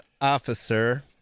officer